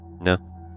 No